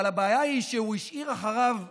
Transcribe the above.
אבל הבעיה היא שהוא השאיר אחריו שובל,